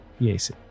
Yes